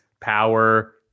power